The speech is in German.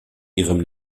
ihrem